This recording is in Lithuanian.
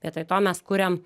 vietoj to mes kuriam